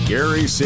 Gary